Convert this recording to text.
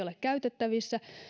ole käytettävissä